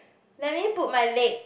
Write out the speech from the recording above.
let me put my leg